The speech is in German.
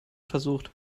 versucht